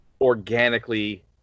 organically